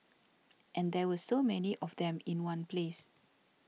and there were so many of them in one place